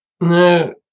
No